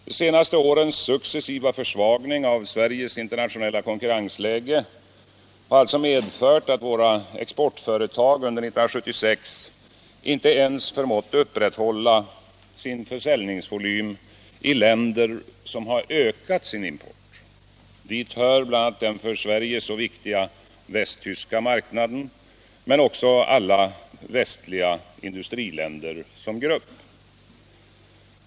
De senaste årens successiva försvagning av Sveriges internationella konkurrensläge har sålunda medfört att våra exportföretag under 1976 inte ens förmått upprätthålla sin försäljningsvolym i länder som ökat sin import. Dit hör bl.a. den för Sverige så viktiga västtyska marknaden men också alla västliga industriländer som grupp.